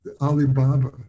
Alibaba